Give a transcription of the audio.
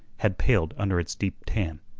had paled under its deep tan.